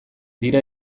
dira